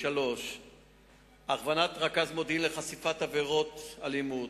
3. הכוונת רכז מודיעין לחשיפת עבירות אלימות,